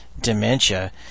dementia